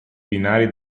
binari